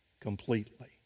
completely